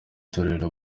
torero